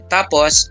Tapos